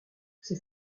ses